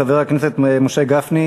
חבר הכנסת משה גפני.